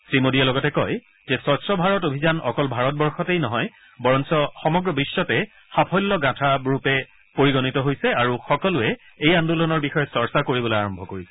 শ্ৰীমোদীয়ে লগতে কয় যে স্বছ্ ভাৰত অভিযান অকল ভাৰতবৰ্ষতেই নহয় বৰং সমগ্ৰ বিশ্বতে সাফল্যগাথাৰূপে পৰিগণিত হৈছে আৰু সকলোৱে এই আন্দোলনৰ বিষয়ে চৰ্চা কৰিবলৈ আৰম্ভ কৰিছে